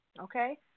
Okay